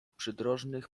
przydrożnych